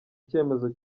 icyemezo